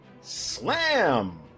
slam